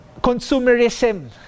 consumerism